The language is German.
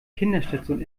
kinderstation